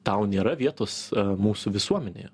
tau nėra vietos mūsų visuomenėje